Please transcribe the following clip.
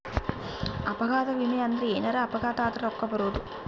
ಅಪಘಾತ ವಿಮೆ ಅಂದ್ರ ಎನಾರ ಅಪಘಾತ ಆದರ ರೂಕ್ಕ ಬರೋದು